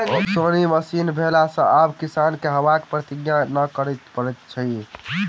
ओसौनी मशीन भेला सॅ आब किसान के हवाक प्रतिक्षा नै करय पड़ैत छै